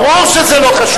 זה לא קשור, ברור שזה לא קשור.